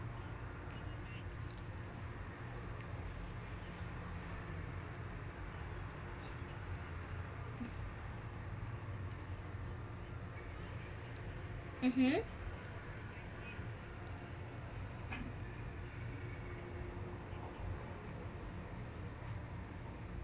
mmhmm